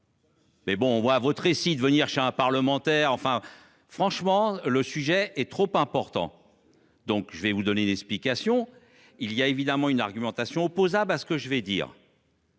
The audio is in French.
Mais bon on voit votre récit de venir chez un parlementaire enfin franchement. Le sujet est trop important. Donc je vais vous donner d'explication. Il y a évidemment une argumentation opposable à ce que je veux dire.